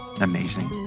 amazing